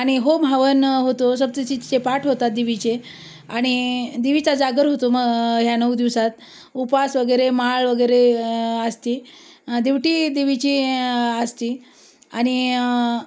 आणि हो हवन होतो सप्तशतीचे पाठ होतात देवीचे आणि देवीचा जागर होतो मग ह्या नऊ दिवसात उपवासवगैरे माळवगैरे असती दिवटी देवीची असते आणि